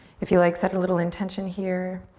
if you like, set a little intention here.